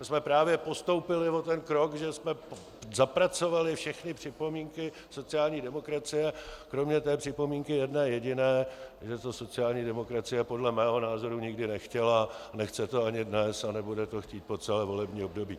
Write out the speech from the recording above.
To jsme právě postoupili o ten krok, že jsme zapracovali všechny připomínky sociální demokracie kromě té připomínky jedné jediné, že to sociální demokracie podle mého názoru nikdy nechtěla, nechce to ani dnes a nebude to chtít po celé volební období.